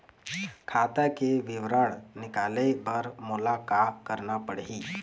खाता के विवरण निकाले बर मोला का करना पड़ही?